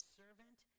servant